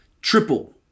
triple